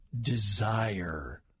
desire